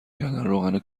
کردن، روغن